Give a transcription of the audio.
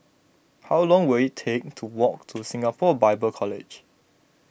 how long will it take to walk to Singapore Bible College